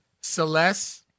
Celeste